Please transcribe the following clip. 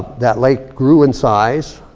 that lake grew in size.